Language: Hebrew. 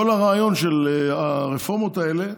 כל הרעיון של הרפורמות האלה,